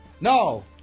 No